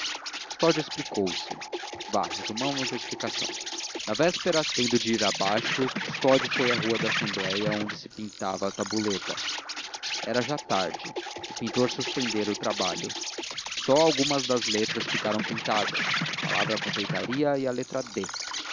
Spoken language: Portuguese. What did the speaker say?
custódio explicou-se vá resumamos a explicação na véspera tendo de ir abaixo custódio foi à rua da assembleia onde se pintava a tabuleta era já tarde o pintor suspendera o trabalho só algumas das letras ficaram pintadas a palavra confeitaria e a letra d